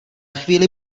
chvíli